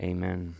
Amen